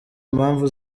impamvu